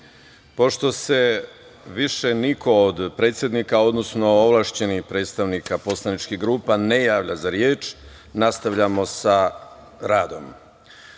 se više niko od predsednika, odnosno ovlašćenih predstavnika poslaničkih grupa ne javlja za reč, nastavljamo sa